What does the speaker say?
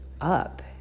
up